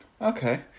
Okay